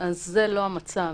זה לא המצב.